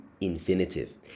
infinitive